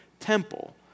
Temple